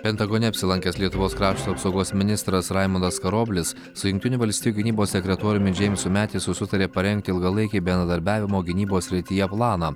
pentagone apsilankęs lietuvos krašto apsaugos ministras raimundas karoblis su jungtinių valstijų gynybos sekretoriumi džeimsu metisu sutarė parengti ilgalaikį bendradarbiavimo gynybos srityje planą